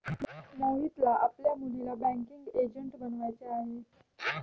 मोहितला आपल्या मुलीला बँकिंग एजंट बनवायचे आहे